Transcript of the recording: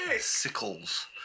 Sickles